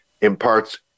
imparts